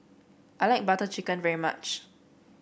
I like Butter Chicken very much